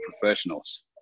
professionals